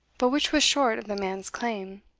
but which was short of the man's claim.